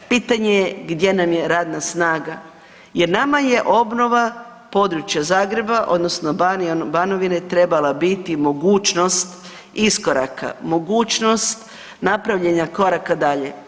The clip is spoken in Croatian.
Pitanje je gdje nam je radna snaga jer nama je obnova područja Zagreba, odnosno Banovine, trebala biti mogućnost iskoraka, mogućnost napravljenja koraka dalje.